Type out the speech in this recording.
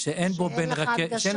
שאין לו חלופה,